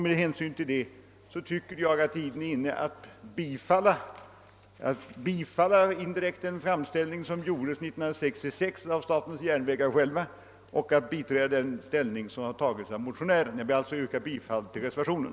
Med hänsyn till detta tycker jag att tiden är inne att indirekt bifalla den framställning som gjordes 1966 av statens järnvägar och att biträda motionärernas förslag. Jag ber alltså att få yrka bifall till reservationen.